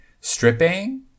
stripping